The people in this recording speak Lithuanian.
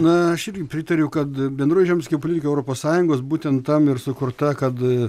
na aš irgi pritariu kad bendrai žemės ūkio politika europos sąjungos būtent tam ir sukurta kad